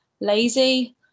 lazy